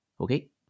Okay